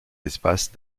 espace